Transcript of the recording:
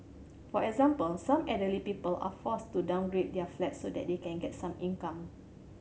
for example some elderly people are forced to downgrade their flats so that they can get some income